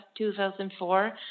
2004